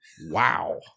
wow